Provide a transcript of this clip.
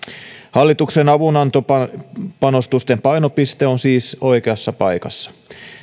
hallituksen avunantopanostusten painopiste on siis oikeassa paikassa